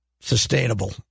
sustainable